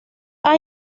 han